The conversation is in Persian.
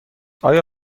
آیا